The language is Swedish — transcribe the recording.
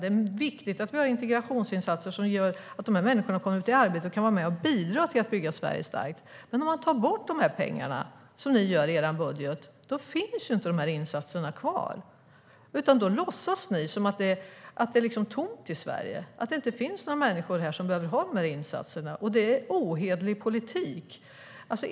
Det är viktigt att vi har integrationsinsatser som gör att de här människorna kommer ut i arbete och kan vara med och bidra till att bygga Sverige starkt. Om man tar bort de pengarna - som ni gör i er budget - finns ju inte de insatserna kvar. Då låtsas ni att det liksom är tomt i Sverige, att det inte finns några människor här som behöver ha de insatserna. Men det är ohederlig politik.